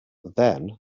then